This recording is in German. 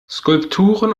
skulpturen